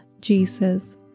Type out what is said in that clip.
Jesus